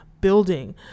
building